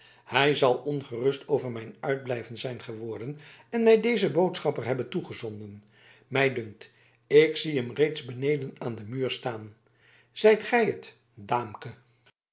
hij zal ongerust over mijn uitblijven zijn geworden en mij dezen boodschapper hebben toegezonden mij dunkt ik zie hem reeds beneden aan den muur staan zijt gij het daamke